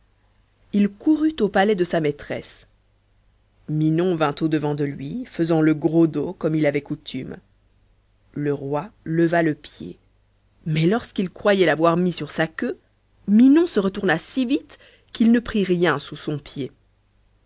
il courut au palais de sa maîtresse minon vint au-devant de lui faisant le gros dos comme il avait coutume le roi leva le pied mais lorsqu'il croyait l'avoir mis sur sa queue minon se retourna si vite qu'il ne prit rien sous son pied